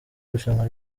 irushanwa